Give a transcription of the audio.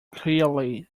clearly